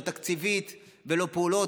לא תקציבית ולא בפעולות,